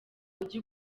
uje